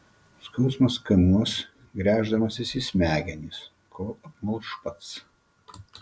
skausmas kamuos gręždamasis į smegenis kol apmalš pats